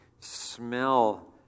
smell